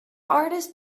artist